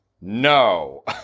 no